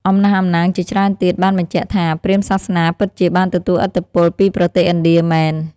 អំណះអំណាងជាច្រើនទៀតបានបញ្ជាក់ថា ព្រាហ្មណ៍សាសនាពិតជាបានទទួលឥទ្ធិពលពីប្រទេសឥណ្ឌាមែន។